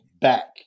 back